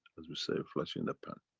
as we say a flesh in the pan.